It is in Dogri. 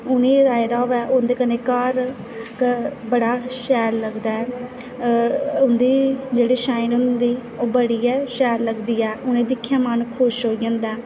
उ'नें गी लाएदा होऐ उं'दे कन्नै घर बड़ा शैल लगदा ऐ उं'दी जेह्ड़ी शाईन होंदी ओह् बड़ी गै शैल लगदी ऐ उ'नें गी दिक्खियै मन खुश होई जंदा ऐ